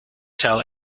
tell